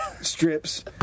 strips